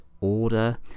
order